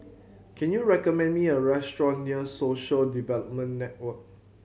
can you recommend me a restaurant near Social Development Network